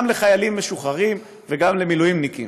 גם לחיילים משוחררים וגם למילואימניקים.